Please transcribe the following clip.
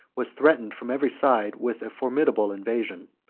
was threatened from every side with a formidable invasion.